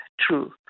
true